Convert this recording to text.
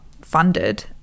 funded